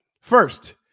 First